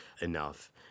enough